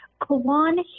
Kawan